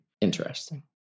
interesting